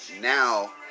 now